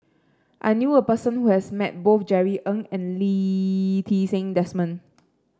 I knew a person who has met both Jerry Ng and Lee Ti Seng Desmond